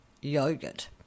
yogurt